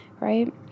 right